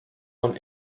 von